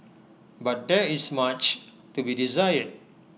but there is much to be desired